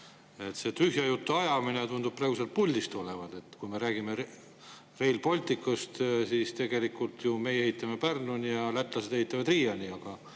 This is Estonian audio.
See tühja jutu ajamine tundub praegu sealt puldist olevat. Kui me räägime Rail Balticust, siis tegelikult meie ehitame Pärnuni ja lätlased ehitavad Riiani,